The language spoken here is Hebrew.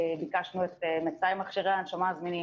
ביקשנו את מצאי מכשירי הנשמה הזמינים,